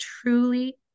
truly